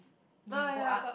you can go up